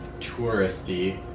touristy